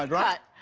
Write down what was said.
and right?